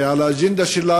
ובאג'נדה שלה,